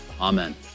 Amen